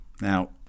Now